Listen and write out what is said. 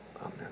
Amen